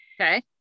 Okay